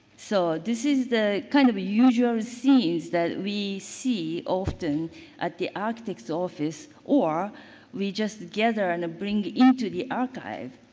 so, this is the kind of the usual scenes that we see often at the architect's office, or we just gather and bring into the archive.